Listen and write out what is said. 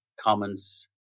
comments